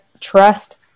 trust